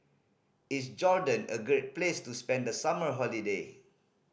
is Jordan a great place to spend the summer holiday